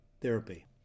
therapy